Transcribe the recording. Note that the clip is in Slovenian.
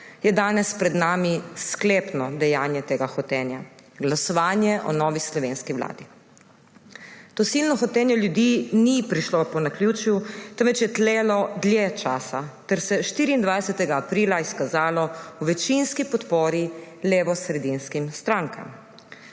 je danes pred nami sklepno dejanje tega hotenja, glasovanje o novi slovenski vladi. To silno hotenje ljudi ni prišlo po naključju, temveč je tlelo dlje časa ter se 24. aprila izkazalo v večinski podpori levosredinskim strankam,